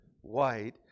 white